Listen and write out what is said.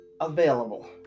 available